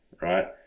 right